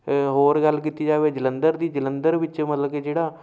ਹੋਰ ਗੱਲ ਕੀਤੀ ਜਾਵੇ ਜਲੰਧਰ ਦੀ ਜਲੰਧਰ ਵਿੱਚ ਮਤਲਬ ਕਿ ਜਿਹੜਾ